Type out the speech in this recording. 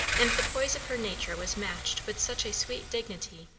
and the poise of her nature was matched with such a sweet dignity,